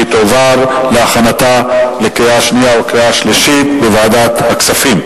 ותועבר להכנתה לקריאה שנייה ושלישית בוועדת הכספים.